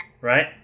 right